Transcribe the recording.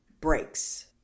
breaks